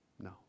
No